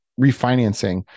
refinancing